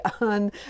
on